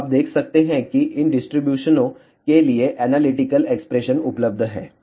तो आप देख सकते हैं कि इन डिस्ट्रीब्यूशनों के लिए एनालिटिकल एक्सप्रेशन उपलब्ध हैं